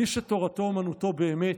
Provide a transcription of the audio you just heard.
מי שתורתו אומנותו באמת,